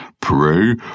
Pray